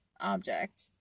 object